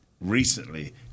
recently